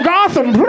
Gotham